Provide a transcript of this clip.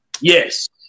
Yes